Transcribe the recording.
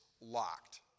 locked